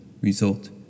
Result